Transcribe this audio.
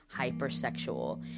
hypersexual